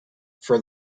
for